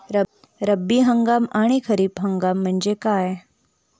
रब्बी हंगाम आणि खरीप हंगाम म्हणजे काय?